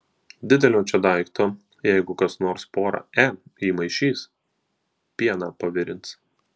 didelio čia daikto jeigu kas nors porą e įmaišys pieną pavirins